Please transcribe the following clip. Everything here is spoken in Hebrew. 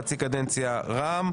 חצי קדנציה רע"מ.